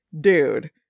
dude